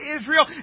Israel